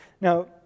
Now